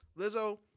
Lizzo